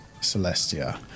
Celestia